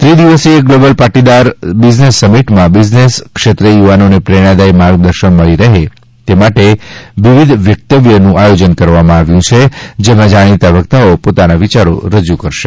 ત્રિ દિવસીય ગ્લોબલ પાટીદારી બિઝનેસ સમિટમાં બિઝનેસ ક્ષેત્રે યુવાઓને પ્રેરણાદાયી માર્ગદર્શન મળી રહે તે માટે વિવિધ આયોજન કરવામાં આવ્યા છે જેમાં જાણીતા વક્તાઓ પોતાના વિયારો રજુ કરશે